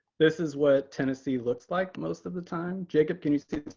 this is what tennessee looks like most of the time. jacob, can you see